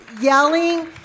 yelling